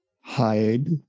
hide